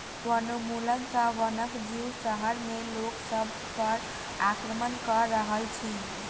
वनोन्मूलन सॅ वनक जीव शहर में लोक सभ पर आक्रमण कअ रहल अछि